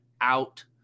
Out